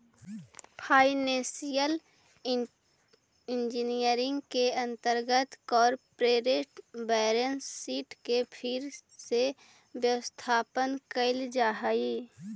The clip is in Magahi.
फाइनेंशियल इंजीनियरिंग के अंतर्गत कॉरपोरेट बैलेंस शीट के फिर से व्यवस्थापन कैल जा हई